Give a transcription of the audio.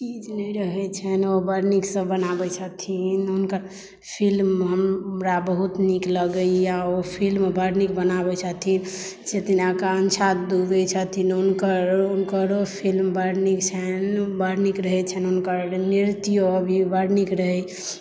चीज नहि रहै छनि ओ बड़ नीकसँ बनाबै छथिन हुनकर फिल्म हमरा बहुत नीक लगैया ओ फिल्म बड़ नीक बनाबै छथिन आकांक्षा दुबे छथिन हुनकरो फिल्म बड़ नीक रहै छनि हुनकर नृत्य बड़ नीक रहै तऽ